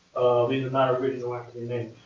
these are not original african names.